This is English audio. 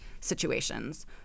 situations